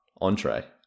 entree